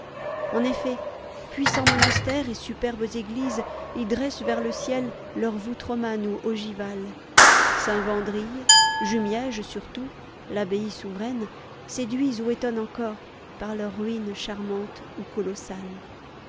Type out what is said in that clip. en eft'et puissants monastères et superbes églises y dressent vers le ciel leurs voûtes romanes ou ogivales saint wandrille jumièges surtout l'abbaye souveraine séduisent ou étonnent encore par leurs ruines charmantes ou colossales